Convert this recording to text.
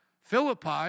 Philippi